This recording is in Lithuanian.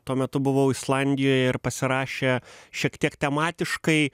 tuo metu buvau islandijoje ir pasirašė šiek tiek tematiškai